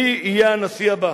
מי יהיה הנשיא הבא.